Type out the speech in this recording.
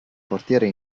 portiere